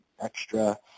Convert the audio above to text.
extra